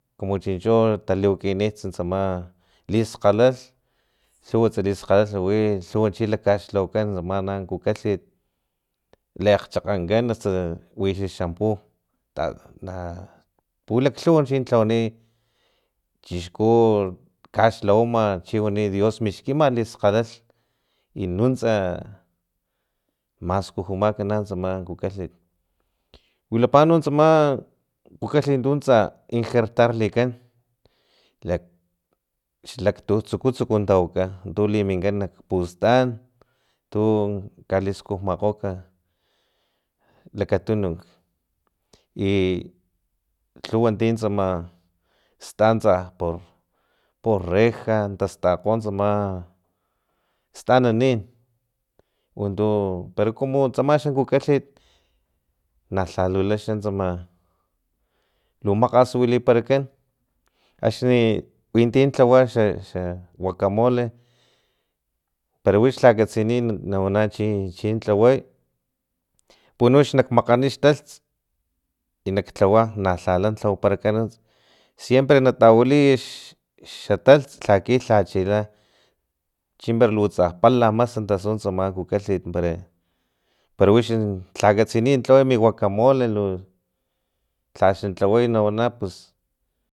Kumu chincho taliwakanits tsama liskgalalh lhuwats liskgalalh wits lhuwa chi likaxlhawakan tsama kukalhit leakgchakgankgan asta wits xa xampu ta la pulaklhuwa chi lhawani chixku kaxlhawama chiwani dios mixkima liskgalalh i nuntsa maskujumakg tsama kukalhit wilapa no tsama kukalhit tu tsa ingertarlikan li xlaktutsukuts tawaka tu liminkan nak pustan tu kakiskujmakgokg lakatununk i lhuwa ti tsama sta tsapor reja natastakgo tsam stananin untu pero kumu tsma xakukalhit nalhalula xa tsam lu makgas wiliparakan axni winti tlawa xa xa guacamole para wix lha katsiniy nawana chi way puwan wix nak makgani xtalhts i naklhawa lhala lhawaparakan siempre natawiliy xa xatalts laki lhachila chimpara lutsa pala mas tasu tsama kukalhit para para wix lha katsiniy lhaway mi guacamole lu lhaxnilhaway pus